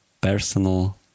personal